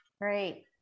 Great